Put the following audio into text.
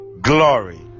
glory